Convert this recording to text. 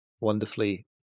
wonderfully